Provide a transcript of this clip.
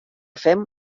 fem